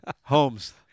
Holmes